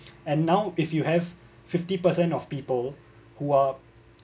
and now if you have fifty percent of people who are